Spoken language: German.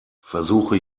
versuche